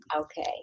Okay